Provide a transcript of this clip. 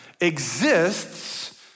exists